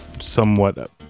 somewhat